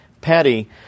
Patty